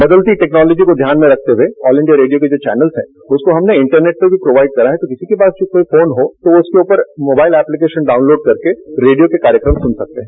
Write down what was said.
बदलती टेक्नोलॉजी को ध्यान में रखते हुए ऑल इंडिया रेडियो के जो चेनल हैं उसको हमने इंटरनेट पर भी प्रोवाइड कराया है तो किसी के पास जो कोई फोन हो तो उसके ऊपर मोबाइल ऐप्लीकेशन डॉउनलोड करके रेडियो के कार्यक्रम सुन सकते हैं